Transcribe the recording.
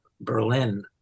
Berlin